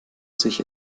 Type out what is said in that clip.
sich